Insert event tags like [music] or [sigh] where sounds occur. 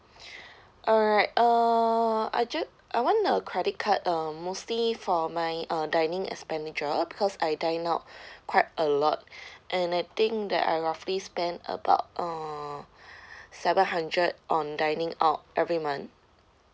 [breath] alright uh I ju~ I want a credit card uh mostly for my uh dining expenditure because I dine out [breath] quite a lot [breath] and I think that I roughly spend about uh [breath] seven hundred on dining out every month